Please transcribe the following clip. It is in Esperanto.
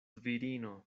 virino